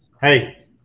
Hey